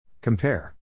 Compare